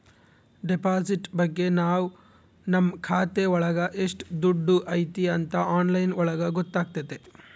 deposit ಬಗ್ಗೆ ನಾವ್ ನಮ್ ಖಾತೆ ಒಳಗ ಎಷ್ಟ್ ದುಡ್ಡು ಐತಿ ಅಂತ ಆನ್ಲೈನ್ ಒಳಗ ಗೊತ್ತಾತತೆ